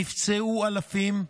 נפצעו אלפים,